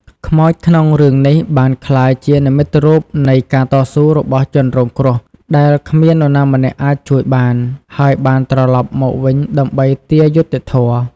ខ្មោចក្នុងរឿងនេះបានក្លាយជានិមិត្តរូបនៃ ការតស៊ូរបស់ជនរងគ្រោះ ដែលគ្មាននរណាម្នាក់អាចជួយបាន ហើយបានត្រឡប់មកវិញដើម្បីទារយុត្តិធម៌។